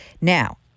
Now